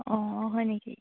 অঁ অঁ হয় নেকি